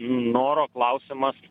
noro klausimas